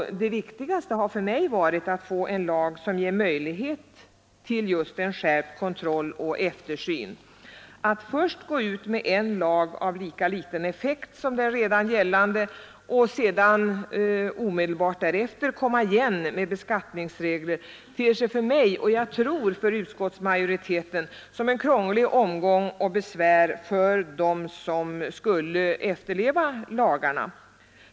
Det viktigaste för mig har varit att få en lag, som ger möjlighet just till en skärpt kontroll och tillsyn. Att först gå ut med en lag med lika liten effekt som den redan gällande och omedelbart därefter komma igen med beskattningsregler ter sig för mig — och, tror jag, för utskottsmajoriteten — som en krånglig omgång, besvärlig för dem som skall efterleva lagarna.